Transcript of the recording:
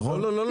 נכון?